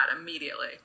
immediately